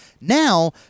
now